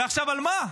ועכשיו על מה?